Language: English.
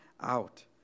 out